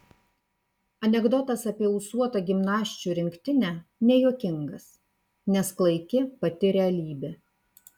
anekdotas apie ūsuotą gimnasčių rinktinę nejuokingas nes klaiki pati realybė